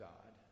God